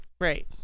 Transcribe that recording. Right